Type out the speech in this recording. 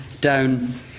down